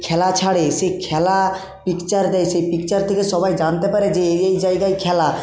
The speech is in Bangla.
খেলা ছাড়ে সেই খেলা পিকচার দেয় সেই পিকচার থেকে সবাই জানতে পারে যে এই এই জায়গায় খেলা